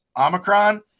Omicron